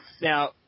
Now